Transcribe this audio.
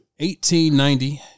1890